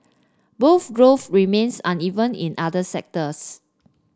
growth remains uneven in other sectors